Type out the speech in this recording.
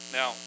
Now